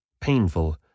painful